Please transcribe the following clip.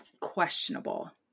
questionable